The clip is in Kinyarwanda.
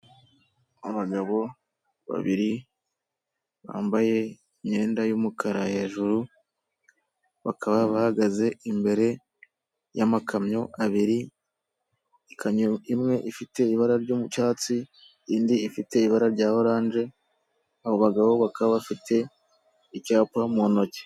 Abagabo babiri bambaye imyenda y'umukara hejuru, bakaba bahagaze imbere y'amakamyo abiri, ikamyo imwe ifite ibara ry'cyatsiindi, ifite ibara rya oranje, abo bagabo bakaba bafite icyapu mu ntoki.